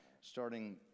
starting